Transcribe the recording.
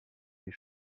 des